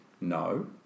No